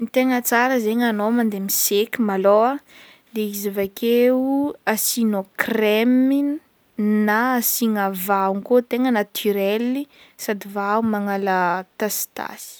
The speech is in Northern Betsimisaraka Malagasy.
Ny tegna tsara zaigny anao mandeha miseky malôha de izy avakeo asianao kremy na asiagna vaho koa tegna naturely sady vaho magnala tasitasy.